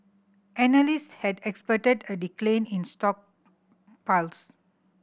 analysts had expected a decline in stockpiles